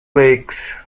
lakes